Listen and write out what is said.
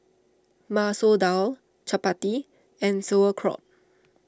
Masoor Dal Chapati and Sauerkraut